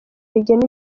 rigena